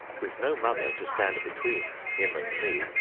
with no mother to stand between him and me,